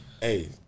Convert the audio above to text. Hey